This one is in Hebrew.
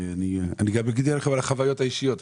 אני גם יכול לספר על החוויות האישיות.